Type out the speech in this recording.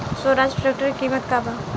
Swaraj tractor के किमत का बा?